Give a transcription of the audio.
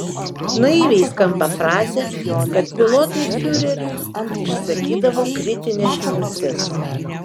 naiviai skamba frazė kad pilotai fiureriui išsakydavo kritines mintis